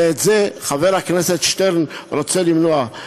ואת זה חבר הכנסת שטרן רוצה למנוע.